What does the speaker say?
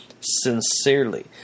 Sincerely